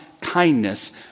kindness